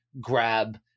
grab